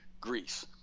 Greece